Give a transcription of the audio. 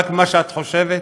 רק מה שאת חושבת?